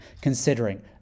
considering